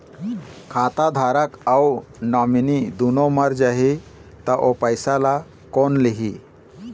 खाता धारक अऊ नोमिनि दुनों मर जाही ता ओ पैसा ला कोन लिही?